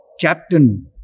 captain